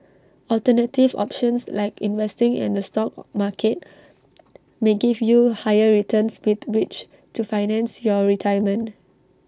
alternative options like investing in the stock market may give you higher returns with which to finance your retirement